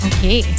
Okay